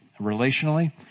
relationally